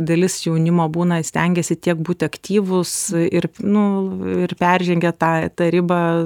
dalis jaunimo būna stengiasi tiek būti aktyvūs ir nu ir peržengia tą tą ribą